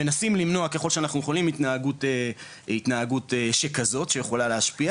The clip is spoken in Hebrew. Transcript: מנסים למנוע ככול שאנחנו יכולים התנהגות שכזאת שיכולה להשפיע